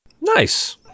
Nice